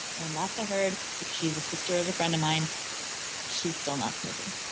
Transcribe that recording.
and last i heard because she's a sister of a friend of mine she's still not smoking.